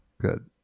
good